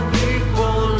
people